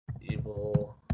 evil